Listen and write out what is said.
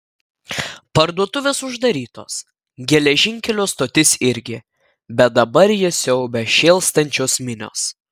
parduotuvės uždarytos geležinkelio stotis irgi bet dabar jas siaubia šėlstančios minios